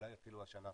אולי אפילו השנה.